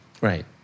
Right